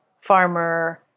farmer